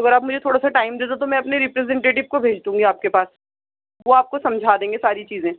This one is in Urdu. اگر آپ مجھے تھوڑا سا ٹائم دے دو تو میں اپنے ریپریزنٹیٹیو کو بھیج دوں گی آپ کے پاس وہ آپ کو سمجھا دیں گے ساری چیزیں